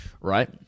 right